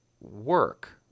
work